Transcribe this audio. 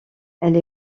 elle